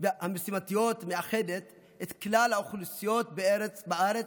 המשימתיות מאחדת את כלל האוכלוסיות בארץ,